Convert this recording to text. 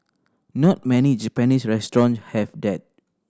not many Japanese restaurant have that